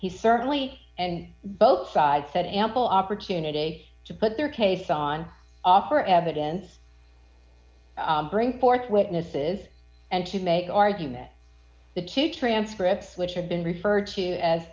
he certainly and both sides had ample opportunity to put their case on offer evidence bring forth witnesses and to make arguing that the two transcripts which have been referred to as